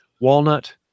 walnut